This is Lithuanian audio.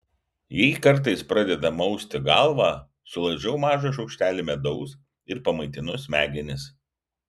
jei kartais pradeda mausti galvą sulaižau mažą šaukštelį medaus ir pamaitinu smegenis